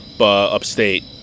upstate